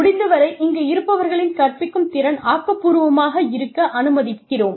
முடிந்தவரை இங்கு இருப்பவர்களின் கற்பிக்கும் திறன் ஆக்கப்பூர்வமாக இருக்க அனுமதிக்கிறோம்